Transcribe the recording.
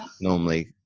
normally